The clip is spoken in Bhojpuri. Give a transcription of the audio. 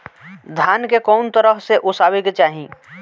धान के कउन तरह से ओसावे के चाही?